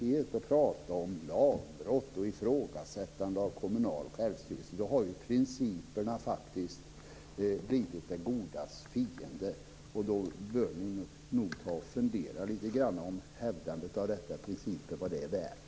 Är det någonting som gör att man pratar om lagbrott och ifrågasätter den kommunala självstyrelsen? Då har ju faktiskt principerna blivit det godas fiende. Då bör ni nog ta och fundera lite grann över vad hävdandet av dessa principer är värt.